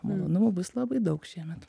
malonumų bus labai daug šiemet